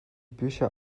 bücher